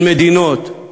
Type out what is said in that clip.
בין מדינות,